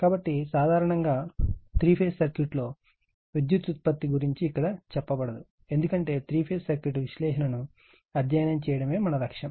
కాబట్టి సాధారణంగా 3 ఫేజ్ సర్క్యూట్లో విద్యుత్ ఉత్పత్తి గురించి ఇక్కడ చెప్పబడదు ఎందుకంటే 3 ఫేజ్ సర్క్యూట్ విశ్లేషణను అధ్యయనం చేయడమే మన లక్ష్యం